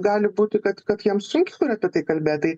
gali būti kad kad jiem sunkiau yra apie tai kalbėt tai